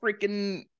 freaking